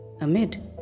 amid